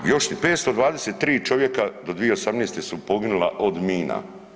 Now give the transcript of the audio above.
Još 523 čovjeka do 2018. su poginula od mina.